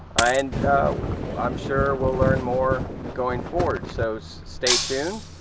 and i'm sure we'll learn more going forward, so so stay tuned.